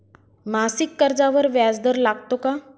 मासिक कर्जावर व्याज दर लागतो का?